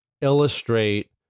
illustrate